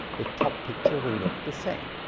the top picture will look the same